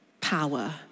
power